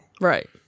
Right